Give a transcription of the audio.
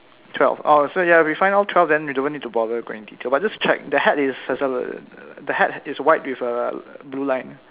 twelve orh so ya if we find all twelve then we don't need to bother going in detail but just to check the hat is the hat is white with a blue line